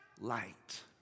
light